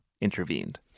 intervened